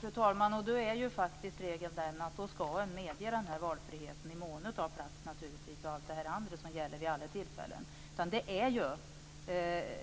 Fru talman! Regeln är då faktiskt att valfrihet skall medges, naturligtvis i mån av plats och beroende på allt annat som annars gäller.